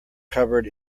covered